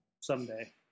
Someday